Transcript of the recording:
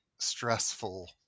stressful